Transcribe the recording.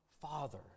Father